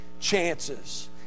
chances